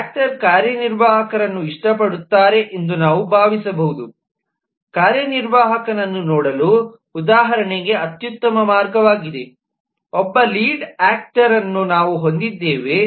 actor ಕಾರ್ಯನಿರ್ವಾಹಕರನ್ನು ಇಷ್ಟಪಡುತ್ತಾರೆ ಎಂದು ನಾವು ಭಾವಿಸಬಹುದು ಕಾರ್ಯನಿರ್ವಾಹಕನನ್ನು ನೋಡಲು ಉದಾಹರಣೆ ಅತ್ಯುತ್ತಮ ಮಾರ್ಗವಾಗಿದೆ ಒಬ್ಬ ಲೀಡ್ ಆಕ್ಟರ್ರನ್ನು ನಾವು ಹೊಂದಿದ್ದೇವೆ